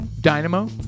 Dynamo